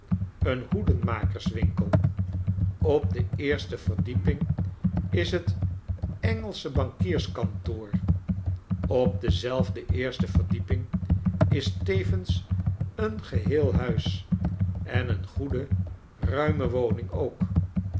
een hoedenmakerswinkel op de eerste verdieping is het engelsche bankierskantoor op dezelfde eerste verdieping is tevens een geheel huis en een goede ruime woning ook